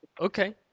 Okay